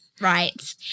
Right